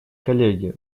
коллеги